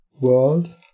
world